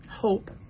hope